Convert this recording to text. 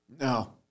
No